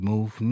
Move